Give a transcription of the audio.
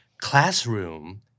classroom